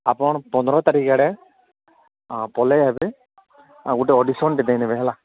ଆପଣ ପନ୍ଦର ତାରିଖ ଆଡ଼େ ପଳେଇ ଆସିବେ ଆଉ ଗୋଟେ ଅଡିସନଟେ ଦେଇଦେବେ ହେଲା